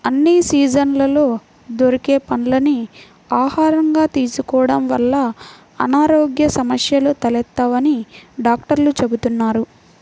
అన్ని సీజన్లలో దొరికే పండ్లని ఆహారంగా తీసుకోడం వల్ల అనారోగ్య సమస్యలు తలెత్తవని డాక్టర్లు చెబుతున్నారు